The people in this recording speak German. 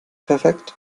perfekt